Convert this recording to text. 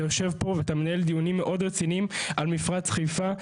אתה יושב פה ואתה מנהל דיונים מאוד רציניים על מפרץ חיפה.